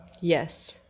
Yes